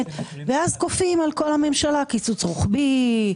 ואז כופים על כל הממשלה קיצוץ רוחבי,